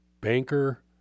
banker